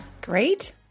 great